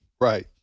Right